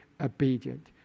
obedient